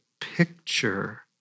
picture